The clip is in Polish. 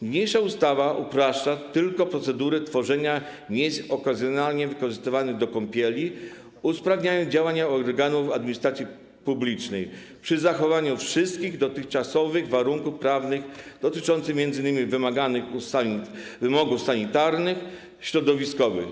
Niniejsza ustawa upraszcza tylko procedury tworzenia miejsc okazjonalnie wykorzystywanych do kąpieli, usprawniając działania organów administracji publicznej, przy zachowaniu wszystkich dotychczasowych warunków prawnych dotyczących utworzenia takich miejsc, m.in. ustaleń wymogów sanitarnych, środowiskowych.